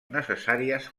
necessàries